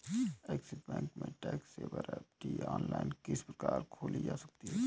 Axis bank में tax saver FD online किस प्रकार खोली जा सकती है?